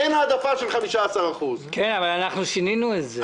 אין העדפה של 15%. אבל אנחנו שינינו את זה.